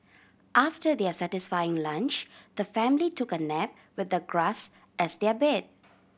after their satisfying lunch the family took a nap with the grass as their bed